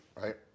right